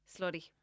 slutty